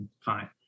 fine